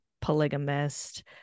polygamist